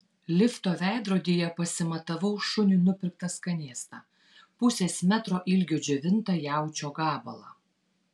lifto veidrodyje pasimatavau šuniui nupirktą skanėstą pusės metro ilgio džiovintą jaučio gabalą